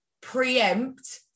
preempt